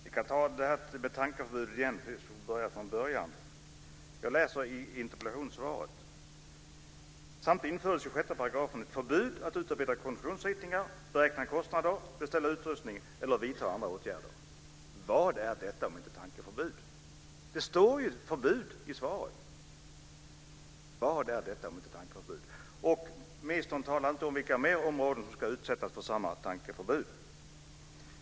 Fru talman! Jag börjar från början och tar upp frågan om tankeförbudet igen. Av interpellationssvaret framgick följande: "Samtidigt infördes i 6 § ett förbud att utarbeta konstruktionsritningar, beräkna kostnader, beställa utrustning eller vidta andra sådana förberedande åtgärder ." Vad är det om inte tankeförbud? Det sades förbud i svaret. Vad är det om inte tankeförbud? Ministern talar inte om vilka fler områden som ska utsättas för samma tankeförbud.